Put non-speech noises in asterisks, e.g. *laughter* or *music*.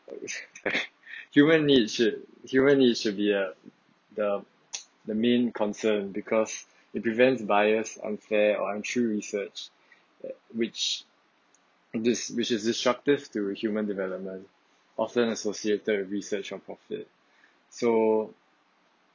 *laughs* human need should human need should be a the *noise* the main concern because it prevents biased unfair or untrue research at which this which is destructive to the human development often associated with research on profit so